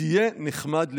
תהיה נחמד לכולם.